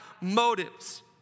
motives